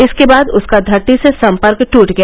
इसके बाद उसका धरती से सम्पर्क टूट गया